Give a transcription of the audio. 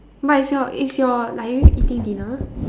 but if your if your like are you eating dinner